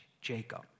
Jacob